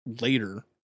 later